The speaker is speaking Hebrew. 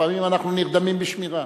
לפעמים אנחנו נרדמים בשמירה.